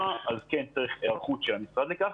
צריך היערכות של המשרד לכך.